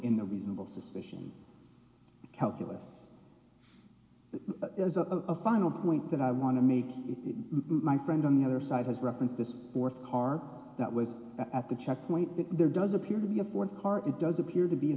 in the reasonable suspicion calculus that is a final point that i want to make my friend on the other side has referenced this fourth car that was at the checkpoint there does appear to be a fourth car it does appear to be a